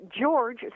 George